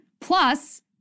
plus